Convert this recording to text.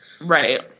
Right